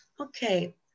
Okay